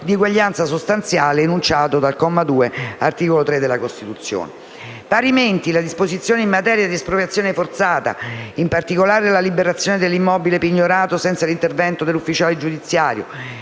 parimenti le disposizioni in materia di espropriazione forzata, in particolare la liberazione dell'immobile pignorato senza l'intervento dell'ufficiale giudiziario